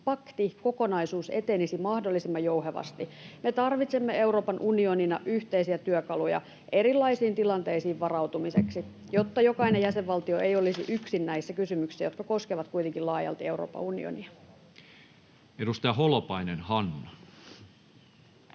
pakti, kokonaisuus, etenisi mahdollisimman jouhevasti. Me tarvitsemme Euroopan unionina yhteisiä työkaluja erilaisiin tilanteisiin varautumiseksi, jotta jokainen jäsenvaltio ei olisi yksin näissä kysymyksissä, jotka koskevat kuitenkin laajalti Euroopan unionia. Edustaja Holopainen, Hanna.